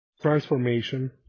transformation